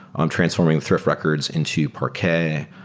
um transferring thrift records into parquet,